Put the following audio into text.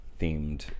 themed